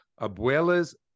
Abuela's